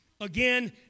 Again